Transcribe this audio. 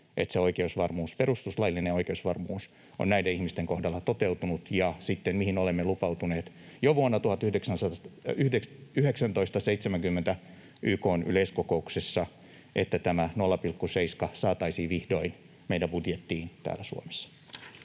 että se perustuslaillinen oikeusvarmuus on näiden ihmisten kohdalla toteutunut ja sitten se, mihin olemme lupautuneet jo vuonna 1970 YK:n yleiskokouksessa, että tämä 0,7 saataisiin vihdoin meidän budjettiin täällä Suomessa.